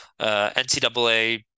NCAA